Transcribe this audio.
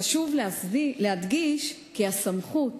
חשוב להדגיש כי הסמכות